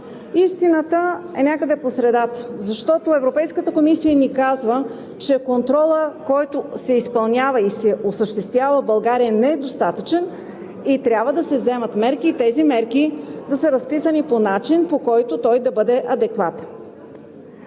Истината е някъде по средата, защото Европейската комисия ни казва, че контролът, който се изпълнява и се осъществява в България, не е достатъчен и трябва да се вземат мерки, тези мерки да са разписани по начин, по който той да бъде адекватен.